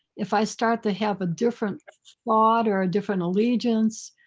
if i start to have a different thought or a different allegiance,